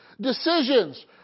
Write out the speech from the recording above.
decisions